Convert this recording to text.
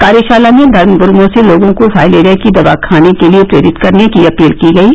कार्यशाला में धर्म गरुओं से लोगो को फाइलेरिया की दवा खाने के लिए प्रेरित करने की अपील की गयी